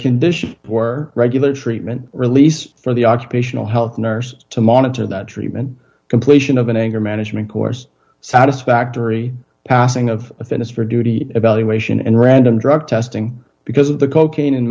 condition for regular treatment released for the occupational health nurse to monitor the treatment completion of an anger management course satisfactory passing of a fitness for duty evaluation and random drug testing because of the cocaine